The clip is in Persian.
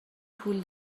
پول